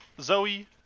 Zoe